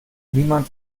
niemand